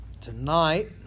Tonight